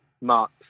Mark